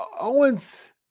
Owens